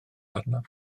arnaf